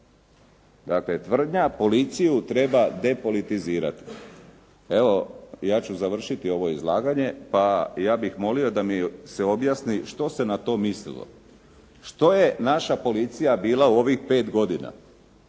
Dakle, tvrdnja policiju treba depolitizirati. Evo ja ću završiti ovo izlaganje, pa ja bih molio da mi se objasni što se na to mislilo? Što je naša policija bila u ovih 5 godina?